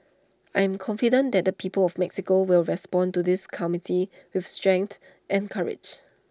I am confident that the people of Mexico will respond to this community with strength and courage